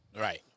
Right